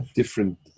different